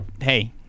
hey